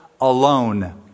alone